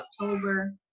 October